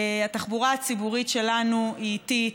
התחבורה הציבורית שלנו היא איטית,